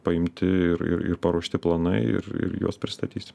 paimti ir ir ir paruošti planai ir ir juos pristatys